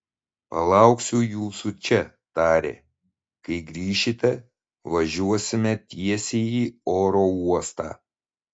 palauksiu jūsų čia tarė kai grįšite važiuosime tiesiai į oro uostą